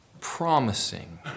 promising